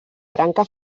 branca